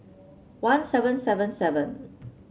one seven seven seven